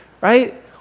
right